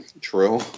True